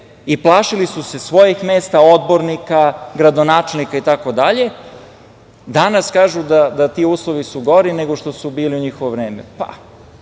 i plašili su se svojih mesta, odbornika, gradonačelnika itd, danas kažu da su ti uslovi gori nego što su bili u njihovo vreme. Ne